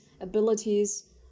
abilities